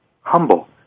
humble